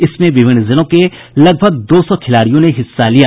इसमें विभिन्न जिलों के लगभग दो सौ खिलाड़ियों ने हिस्सा लिया